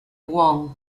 wong